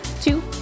two